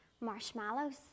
marshmallows